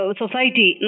society